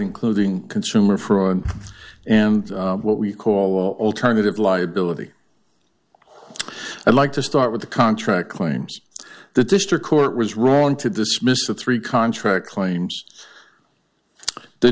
including consumer fraud and what we call alternative liability i like to start with the contract claims the district court was wrong to dismiss the three contract claims the